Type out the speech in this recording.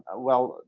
ah well,